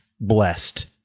blessed